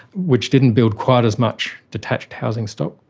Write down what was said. which didn't build quite as much detached housing stock,